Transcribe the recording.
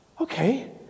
Okay